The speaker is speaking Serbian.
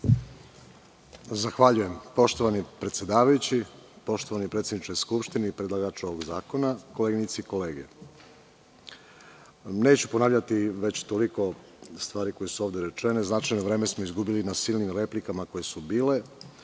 Girić** Poštovani predsedavajući, poštovani predsedniče Skupštine i predlagaču ovog zakona, koleginice i kolege, neću ponavljati već toliko stvari koje su ovde rečene. Značajno vreme smo izgubili na silnim replikama koje su